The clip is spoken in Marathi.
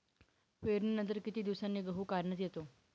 पेरणीनंतर किती दिवसांनी गहू काढण्यात येतो?